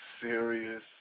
serious